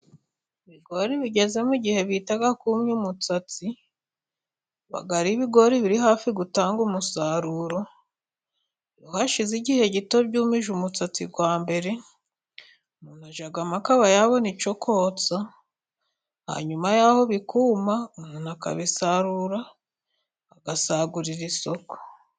Ibigori bigeze mu gihe bita kumya umusatsi biba ari ibigori biri hafi gutanga umusaruro, iyo hashize igihe gito byumije umusatsi wa mbere umuntu ajyamo akaba yabona icyo kotsa hanyuma yaho bikuma umuntu akabisarura agasagurira isoko.